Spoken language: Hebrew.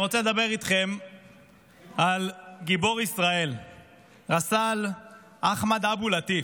אני רוצה לדבר איתכם על גיבור ישראל רס"ל אחמד אבו לטיף.